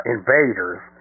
Invaders